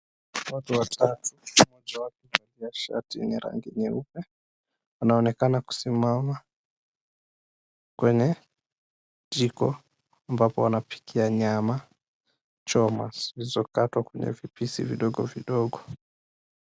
Watu watatu wamevaa shati nyeupe, wanaonekana kusimama kwenye jiko ambapo wanapikia nyama choma zilizokatwa kwenye vipisi vidogo vidogo.